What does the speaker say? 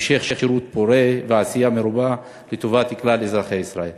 המשך שירות פורה ועשייה מרובה לטובת כלל אזרחי ישראל.